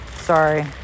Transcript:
Sorry